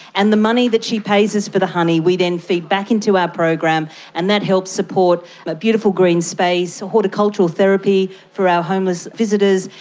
and the money that she pays us for the honey we then feed back into our program and that helps support a beautiful green space, horticultural therapy for our homeless visitors,